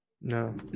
no